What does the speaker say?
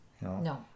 No